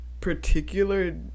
particular